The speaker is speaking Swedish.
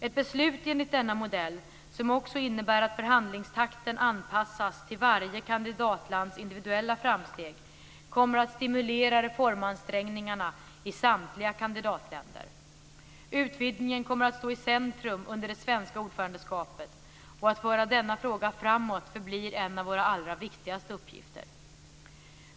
Ett beslut enligt denna modell, som också innebär att förhandlingstakten anpassas till varje kandidatlands individuella framsteg, kommer att stimulera reformansträngningarna i samtliga kandidatländer. Utvidgningen kommer att stå i centrum för det svenska ordförandeskapet. Att föra denna fråga framåt förblir en av våra allra viktigaste uppgifter.